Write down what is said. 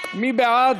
מי בעד?